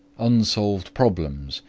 unsolved problems,